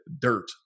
dirt